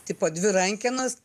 tipo dvi rankenos